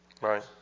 Right